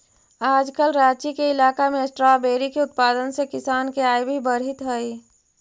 आजकल राँची के इलाका में स्ट्राबेरी के उत्पादन से किसान के आय भी बढ़ित हइ